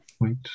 Wait